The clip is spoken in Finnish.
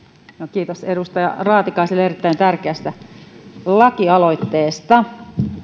kiitos edustaja raatikaiselle erittäin tärkeästä lakialoitteesta